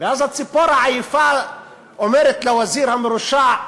ואז הציפור העייפה אומרת לווזיר המרושע: